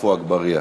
עפו אגבאריה.